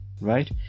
right